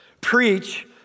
Preach